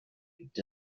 gibt